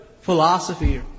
philosophy